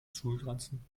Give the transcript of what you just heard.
schulranzen